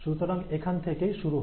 সুতরাং এখান থেকেই শুরু হয়